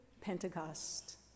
pentecost